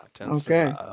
Okay